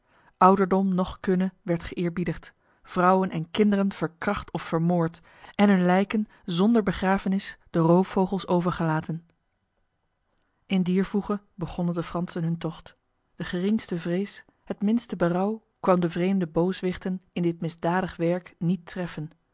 ouderdom noch kunne werd geëerbiedigd vrouwen en kinderen verkracht of vermoord en hun lijken zonder begrafenis de roofvogels overgelaten in dier voege begonnen de fransen hun tocht de geringste vrees het minste berouw kwam de vreemde booswichten in dit misdadig werk niet treffen